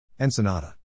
Ensenada